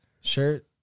shirt